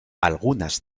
algunas